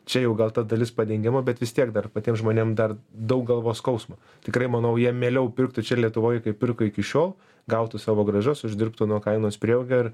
čia jau gal ta dalis padengiama bet vis tiek dar patiem žmonėm dar daug galvos skausmo tikrai manau jie mieliau pirktų čia lietuvoj kaip pirko iki šiol gautų savo gražos uždirbtų nuo kainos prieaugio ir